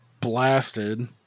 blasted